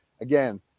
Again